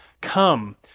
come